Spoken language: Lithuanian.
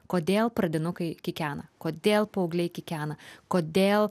kodėl pradinukai kikena kodėl paaugliai kikena kodėl